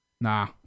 Nah